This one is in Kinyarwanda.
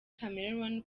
chameleone